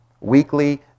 Weekly